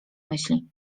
myśli